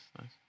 nice